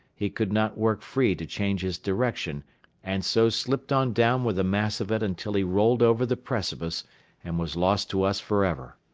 he could not work free to change his direction and so slipped on down with a mass of it until he rolled over the precipice and was lost to us forever.